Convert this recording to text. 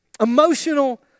Emotional